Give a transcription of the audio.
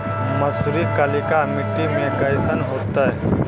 मसुरी कलिका मट्टी में कईसन होतै?